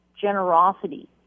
generosity